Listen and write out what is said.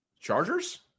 Chargers